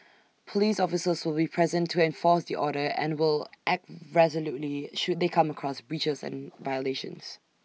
Police officers will be present to enforce the order and will act resolutely should they come across breaches and violations